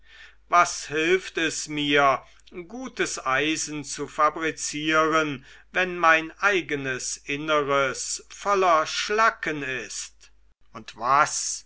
was hilft es mir gutes eisen zu fabrizieren wenn mein eigenes inneres voller schlacken ist und was